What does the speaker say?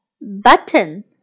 button